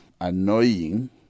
annoying